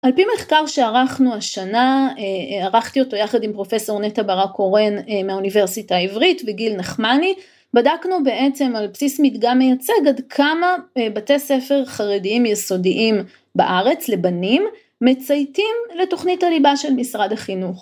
על פי מחקר שערכנו השנה, ערכתי אותו יחד עם פרופסור נטע ברק-קורן מהאוניברסיטה העברית וגיל נחמני, בדקנו בעצם, על בסיס מדגם מייצג, עד כמה בתי ספר חרדיים יסודיים בארץ לבנים מצייתים לתוכנית הליבה של משרד החינוך.